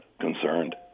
concerned